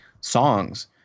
songs